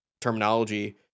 terminology